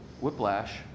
whiplash